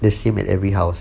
the same at every house